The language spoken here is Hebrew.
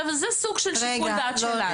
זה סוג של שיקול דעת שלנו.